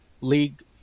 League